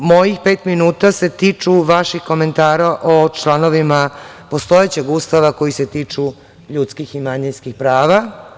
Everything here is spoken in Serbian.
Mojih pet minuta se tiču vaših komentara o članovima postojećeg Ustava koji se tiču ljudskih i manjinskih prava.